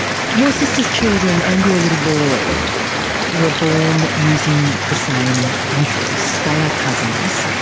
your sister's children and your little boy were born using the same uterus, they are cousins.